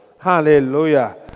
Hallelujah